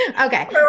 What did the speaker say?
Okay